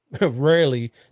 rarely